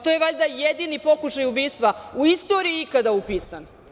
To je valjda jedini pokušaj ubistva u istoriji ikada upisan.